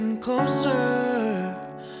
Closer